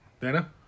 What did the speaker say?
Dana